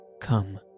come